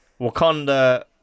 Wakanda